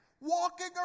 walking